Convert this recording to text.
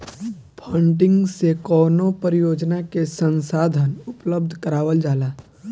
funding से कवनो परियोजना के संसाधन उपलब्ध करावल जाला